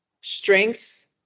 strengths